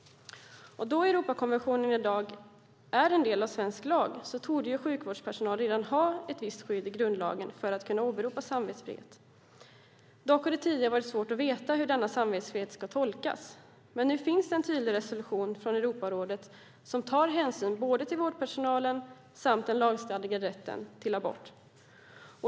Då Europakonventionen i dag är en del av svensk lag torde sjukvårdpersonal redan ha ett visst skydd i grundlagen för att kunna åberopa samvetsfrihet, men det har tidigare varit svårt att veta hur denna samvetsfrihet ska tolkas. Nu finns det dock en tydlig resolution från Europarådet som tar hänsyn till vårdpersonalen samt den lagstadgade rätten till abort.